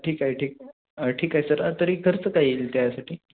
ठीक आहे ठीक ठीक आहे सर तरी खर्च काय येईल त्यासाठी